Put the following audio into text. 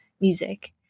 music